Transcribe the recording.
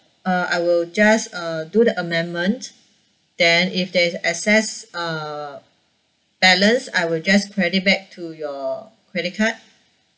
uh I will just uh do the amendment then if there's excess uh balance I will just credit back to your credit card